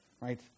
right